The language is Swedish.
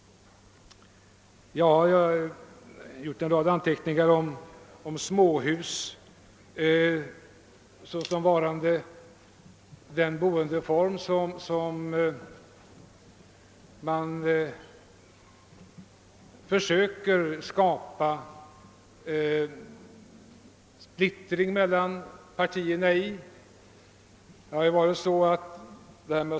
Jag har gjort en rad anteckningar beträffande uttalanden om småhusen som boendeform — man: försöker skapa splittring mellan partierna därvidlag.